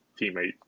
teammate